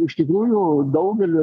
iš tikrųjų daugelis